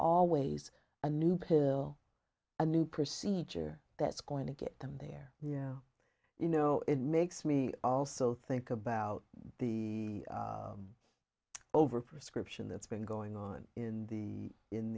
always a new pill a new procedure that's going to get them there yeah you know it makes me also think about the overprescription that's been going on in the in